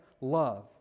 love